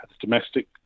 domestic